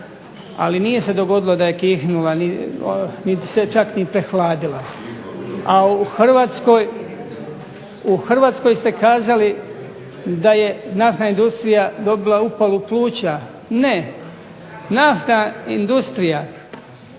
Ali nije se dogodilo da je kihnula niti se čak ni prehladila. A u Hrvatskoj, u Hrvatskoj ste kazali da je naftna industrija dobila upalu pluća. Ne, naftna industrija